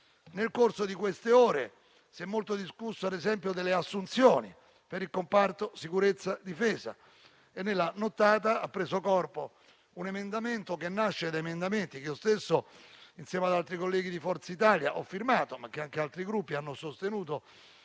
Nel corso delle ultime ore si è molto discusso - ad esempio - sulle assunzioni per il comparto sicurezza e difesa e nella nottata ha preso corpo un emendamento che nasce da emendamenti che io stesso ho firmato, insieme ad altri colleghi di Forza Italia, ma che anche altri Gruppi hanno sostenuto